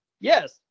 Yes